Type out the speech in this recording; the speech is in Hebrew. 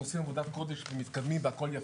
הם עושים עבודת קודש ומתקדמים והכול יפה,